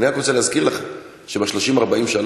אני רק רוצה להזכיר לך שב-30 40 השנים